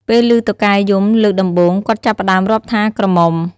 ពេលឮតុកែយំលើកដំបូង គាត់ចាប់ផ្ដើមរាប់ថា "ក្រមុំ" ។